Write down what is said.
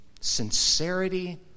sincerity